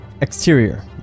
Exterior